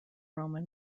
roman